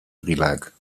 drieluik